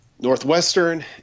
Northwestern